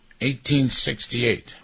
1868